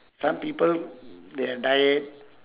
some people they have diet